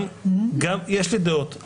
יש לי דעות,